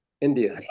India